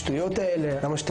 נס רפואי.